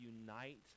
unite